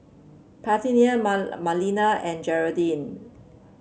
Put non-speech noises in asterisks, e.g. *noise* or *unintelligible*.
Parthenia *unintelligible* Marlena and Jeraldine